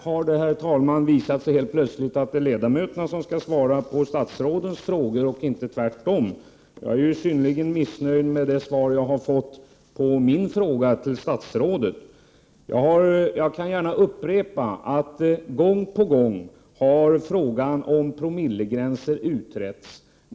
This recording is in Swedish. Herr talman! Nu är det helt plötsligt ledamöterna som skall svara på statsrådens frågor och inte tvärtom. Jag är synnerligen missnöjd med det svar jag har fått på min fråga till statsrådet. Jag kan gärna upprepa att gång på gång har frågan om promillegränser utretts.